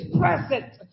present